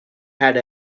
had